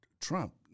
Trump